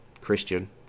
Christian